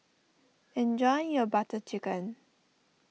enjoy your Butter Chicken